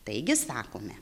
taigi sakome